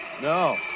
No